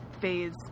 phase